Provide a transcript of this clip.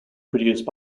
produced